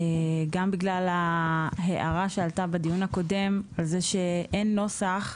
גם בגלל ההערה שעלתה בדיון הקודם על זה שאין נוסח,